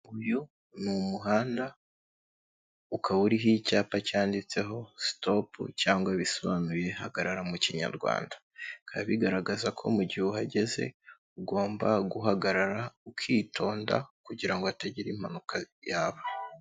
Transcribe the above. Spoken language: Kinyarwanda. Uyu ni umuhanda ukaba uriho icyapa cyanditseho sitopu cyangwa bisobanuye hagarara mu kinyarwanda, bikaba bigaragaza ko mu gihe uhageze ugomba guhagarara ukitonda kugira ngo hatagira impanuka yaba.